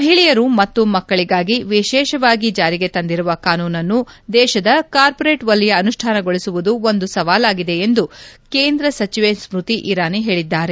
ಮಹಿಳೆಯರು ಮತ್ತು ಮಕ್ಕಳಿಗಾಗಿ ವಿಶೇಷವಾಗಿ ಜಾರಿಗೆ ತಂದಿರುವ ಕಾನೂನನ್ನು ದೇಶದ ಕಾರ್ಪೊರೇಟ್ ವಲಯ ಅನುಷ್ಣಾನಗೊಳಿಸುವುದು ಒಂದು ಸವಾಲಾಗಿದೆ ಎಂದು ಕೇಂದ್ರ ಸಚಿವೆ ಸ್ನತಿ ಇರಾನಿ ಹೇಳದ್ದಾರೆ